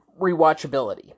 rewatchability